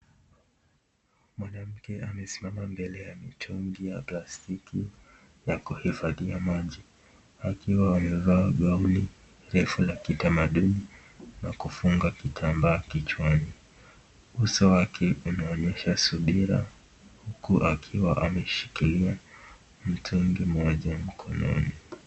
Mwanamke amesimama mbele ya mitungi ya plastiki ya kuhifadhia maji, akiwa amevaa gauni ndefu la kitamaduni na kufunga kitamba kichwani, uso wake unaonyesha subira huku akiwa ameshikilia mtungi moja mkononi.